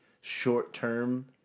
short-term